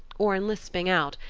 or in lisping out,